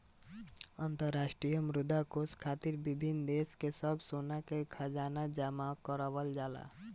अंतरराष्ट्रीय मुद्रा कोष खातिर विभिन्न देश सब सोना के खजाना जमा करावल जाला